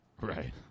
Right